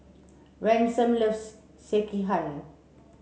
Ransom loves Sekihan